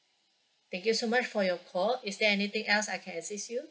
thank you so much for your call is there anything else I can assist you